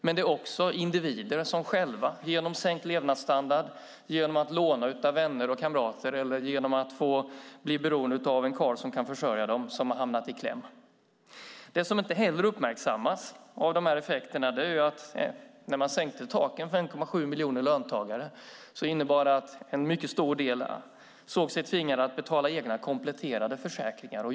Men det är också individer som har hamnat i kläm, genom att de fått sänkt levnadsstandard, tvingats låna av vänner och kamrater eller blivit beroende av en karl som kan försörja dem. Det som inte heller uppmärksammas av de här effekterna är att när man sänkte taken för 1,7 miljoner löntagare innebar det att en mycket stor del såg sig tvingade att betala egna kompletterande försäkringar.